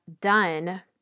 done